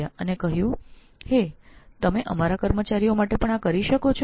તેઓએ કહ્યું આપ અમારા માટે તેમજ તમે અમારા કર્મચારીઓ માટે પણ આ રીતે કરી શકો છો